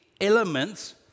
elements